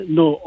no